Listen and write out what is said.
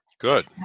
Good